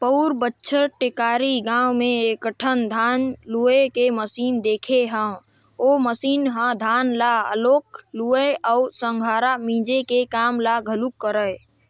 पउर बच्छर टेकारी गाँव में एकठन धान लूए के मसीन देखे हंव ओ मसीन ह धान ल घलोक लुवय अउ संघरा मिंजे के काम ल घलोक करय